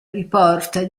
riporta